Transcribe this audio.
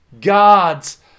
God's